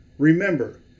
Remember